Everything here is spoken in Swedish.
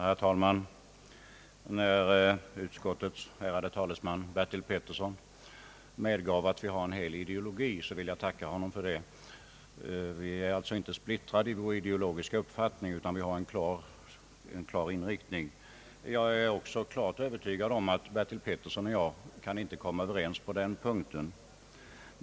Herr talman! När utskottets ärade talesman herr Bertil Petersson medgav, att vi har en hel ideologi, vill jag tacka honom för det. Vi är alltså inte splittrade i vår ideologiska uppfattning utan har en klar inriktning. Jag är dock övertygad om att herr Bertil Petersson och jag inte kan komma överens på den punkten.